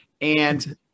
And-